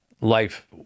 life